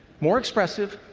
more expressive,